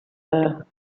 her